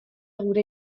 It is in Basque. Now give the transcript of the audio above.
gure